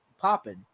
popping